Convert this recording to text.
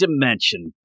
dimension